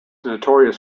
notorious